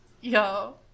yo